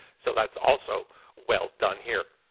so that's also well done here.